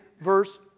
verse